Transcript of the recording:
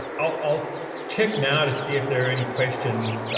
um i'll check now to see if there are any questions,